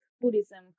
Buddhism